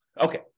Okay